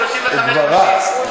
הוא כבר רץ.